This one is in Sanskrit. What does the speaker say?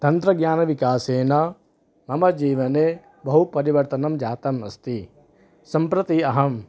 तन्त्रज्ञानविकासेन मम जीवने बहु परिवर्तनं जातम् अस्ति सम्प्रति अहं